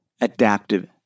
adaptive